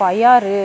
பயிறு